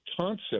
concept